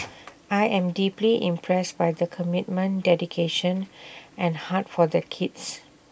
I am deeply impressed by the commitment dedication and heart for their kids